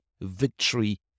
victory